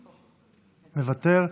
מוותר.